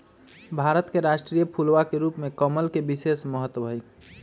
भारत के राष्ट्रीय फूलवा के रूप में कमल के विशेष महत्व हई